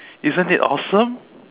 isn't it awesome